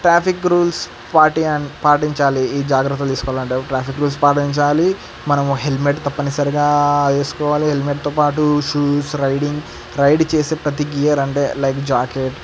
traffic rules పాటీ పాటించాలి ఈ జాగ్రత్తలు తీసుకోవాలంటే ట్రాఫిక్ రూల్స్ పాటించాలి మనం హెల్మెట్ తప్పనిసరిగా వేసుకోవాలి హెల్మెట్తో పాటు షూస్ రైడింగ్ రైడ్ చేసే ప్రతి గియర్ అంటే లైక్ జాకెట్